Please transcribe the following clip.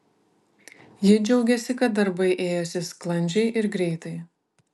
ji džiaugiasi kad darbai ėjosi sklandžiai ir greitai